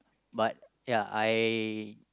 but ya I